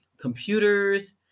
Computers